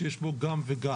שיש בו גם וגם?